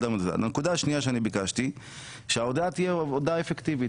הנקודה השנייה שביקשתי שההודעה תהיה הודעה אפקטיבית,